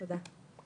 תודה.